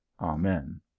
Amen